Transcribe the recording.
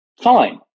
Fine